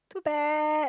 too bad